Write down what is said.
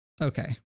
Okay